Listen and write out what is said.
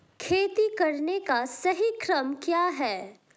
खेती करने का सही क्रम क्या है?